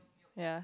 ya